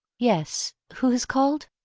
yes who has called?